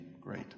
great